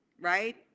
right